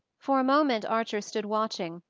for a moment archer stood watching,